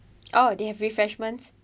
oh they have refreshments